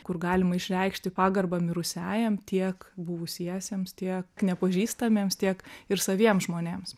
kur galima išreikšti pagarbą mirusiajam tiek buvusiesiems tiek nepažįstamiems tiek ir saviem žmonėms